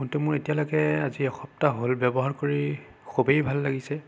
ফোনটো মোৰ এতিয়ালৈকে আজি এসপ্তাহ হ'ল ব্যৱহাৰ কৰি খুবেই ভাল লাগিছে